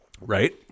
right